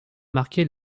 marqué